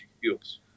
fuels